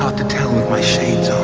ah to tell with my shades on.